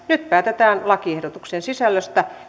nyt päätetään lakiehdotuksen sisällöstä